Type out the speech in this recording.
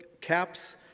caps